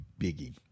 biggie